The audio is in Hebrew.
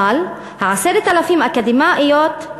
אבל 10,000 אקדמאיות,